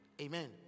Amen